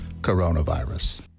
coronavirus